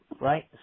right